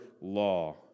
law